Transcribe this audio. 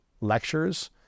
lectures